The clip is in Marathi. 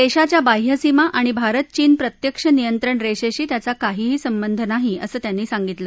देशाच्या बाह्यसीमा आणि भारत चीन प्रत्यक्ष नियंत्रण रेषेशी त्याचा काही संबंध नाही असं त्यांनी सांगितलं